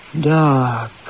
Dark